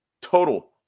total